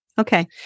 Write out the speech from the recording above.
Okay